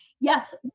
Yes